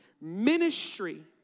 Ministry